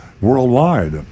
worldwide